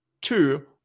Two